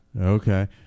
Okay